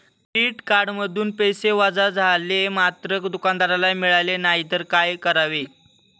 Credit कार्डमधून पैसे वजा झाले मात्र दुकानदाराला मिळाले नाहीत तर काय करावे?